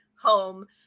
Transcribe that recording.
home